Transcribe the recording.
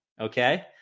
okay